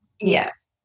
Yes